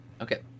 Okay